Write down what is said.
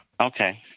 Okay